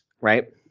right